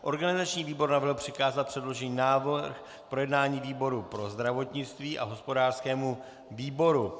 Organizační výbor navrhl přikázat předložený návrh k projednání výboru pro zdravotnictví a hospodářskému výboru.